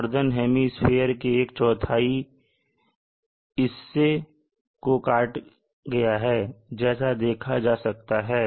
northern hemisphere के एक चौथाई इससे को काटा गया है जैसा देखा जा सकता है